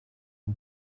one